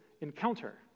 encounter